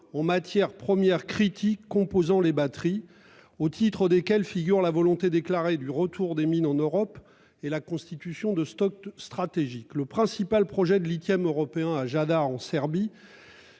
en matières premières critiques composant les batteries au titre desquels figure la volonté déclarée du retour des mines en Europe et la constitution de stocks stratégiques, le principal projet de lithium européen a Jada en Serbie.